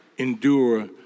endure